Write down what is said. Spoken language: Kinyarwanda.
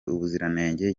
ubuziranenge